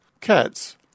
cats